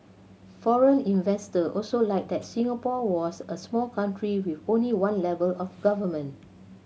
foreign investor also liked that Singapore was a small country with only one level of government